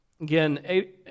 Again